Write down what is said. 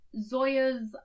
Zoya's